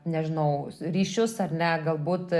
nežinau ryšius ar ne galbūt